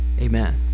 Amen